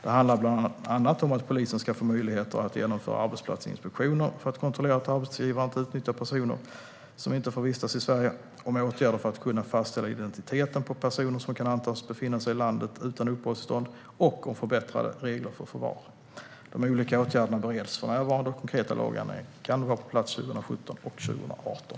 De handlar bland annat om att polisen ska få möjligheter att genomföra arbetsplatsinspektioner för att kontrollera att arbetsgivare inte utnyttjar personer som inte får vistas i Sverige, om åtgärder för att kunna fastställa identiteten på personer som kan antas befinna sig i landet utan uppehållstillstånd och om förbättrade regler för förvar. De olika åtgärderna bereds för närvarande, och konkreta lagändringar kan vara på plats 2017 och 2018.